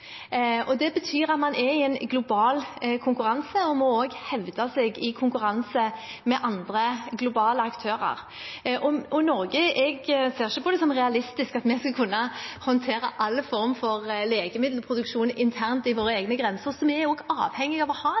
i en global konkurranse og må hevde seg i konkurranse med andre globale aktører. Jeg ser ikke på det som realistisk at vi skal kunne håndtere all form for legemiddelproduksjon internt innenfor våre egne grenser, så vi er avhengige av å ha